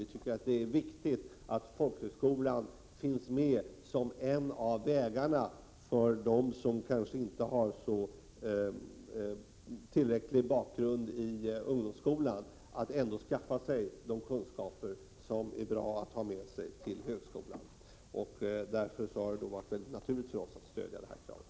Vi tycker att det är viktigt att folkhögskolan finns med som en av vägarna för dem som kanske inte har tillräcklig bakgrund i ungdomsskolan att ändå kunna skaffa sig det kunskaper som är bra att ha med sig till högskolan. Därför har det varit naturligt för oss att stödja detta krav.